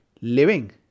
living